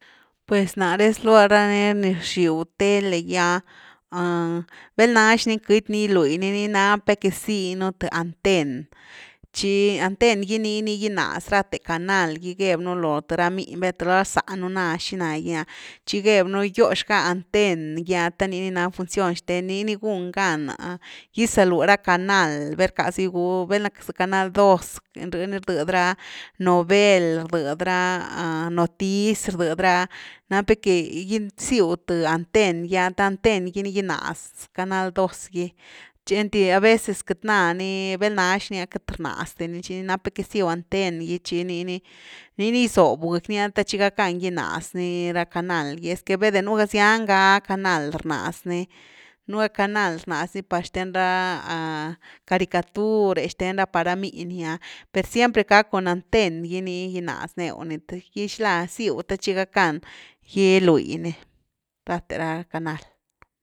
Pues naré zlua ra ni, ni rxiu tele gy’ah, vel nax ni queity ni giluini ni nap nú que zinu th anten, tchi anten gy ni nii ni ginaz rathe canal gebnu lo th ra miny valna lo th ra zanu ná xina gy’a thci gebynu gyo xga anten gi the nii ni na función xthen ni nii ni gun gan gizalui ra canal vel rckasu gigwiw, velna za canal dos rh ni rdëdy ra novel rdëdy ra notici rdedy ra ah, napni que gisiu th anten gy’a te anten gy ni ginaz canal dos’gy tchi einty a veces queity nani val nax ni’a queity rnazdinni tchi ni napni cka giziu anten gy tchi nii ni gisbu gequinithe tchi gackan ginaz ni ra canal’gy esque veide nú ga zian ga canal rnaz ni, nú ga canal rnaz ni par xten ra caricatur’e xthen ra par ra miny ah per siempre ga cun anten gy ni ginaz new ti th xilá ziu ni the tchi gackan gilui ni rathe ra canal.